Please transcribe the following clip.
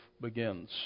begins